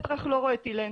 כלור אטילן,